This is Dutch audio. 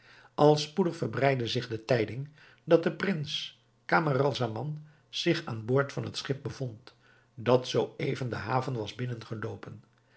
al spoedig verbreidde zich de tijding dat de prins camaralzaman zich aan boord van het schip bevond dat zoo even de haven was